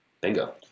Bingo